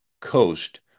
coast